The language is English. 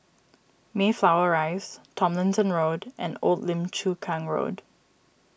Mayflower Rise Tomlinson Road and Old Lim Chu Kang Road